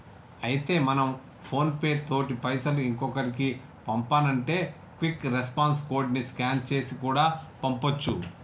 అయితే మనం PhonePe తోటి పైసలు ఇంకొకరికి పంపానంటే క్విక్ రెస్పాన్స్ కోడ్ ని స్కాన్ చేసి కూడా పంపొచ్చు